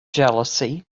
jealousy